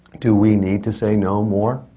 do we need to say no more